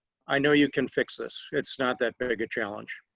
i know you can fix this. it's not that big a challenge.